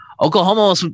Oklahoma